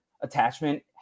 attachment